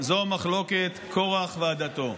זו מחלוקת קרח ועדתו."